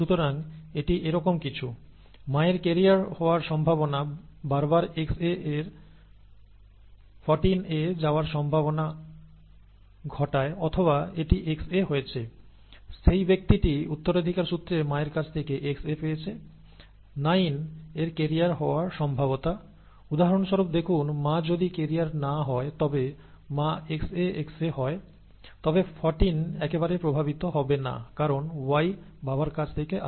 সুতরাং এটি এরকম কিছু মায়ের কেরিয়ার হওয়ার সম্ভাবনা বারবার Xa এর 14 এ যাওয়ার সম্ভাবনা ঘটায় অথবা এটি Xa হয়েছে সেই ব্যক্তিটি উত্তরাধিকার সূত্রে মায়ের কাছ থেকে Xa পেয়েছে 9 এর ক্যারিয়ার হওয়ার সম্ভাব্যতা উদাহরণস্বরূপ দেখুন মা যদি ক্যারিয়ার না হয় তবে মা XAXA হয় তবে 14 একেবারে প্রভাবিত হবে না কারণ Y বাবার কাছ থেকে আসে